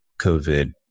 COVID